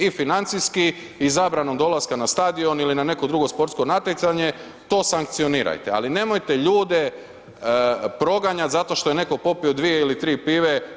I financijski i zabranom dolaska na stadion ili na neko drugo sportsko natjecanje, to sankcionirajte, ali nemojte ljude proganjat zato što je netko popio 2 ili 3 pive.